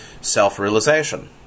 self-realization